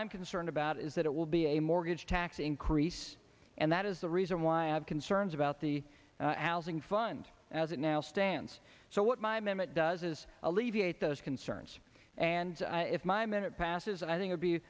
i'm concerned about is that it will be a mortgage tax increase and that is the reason why i have concerns about the housing fund as it now stands so what my memet does is alleviate those concerns and if my minute passes and i think i'll be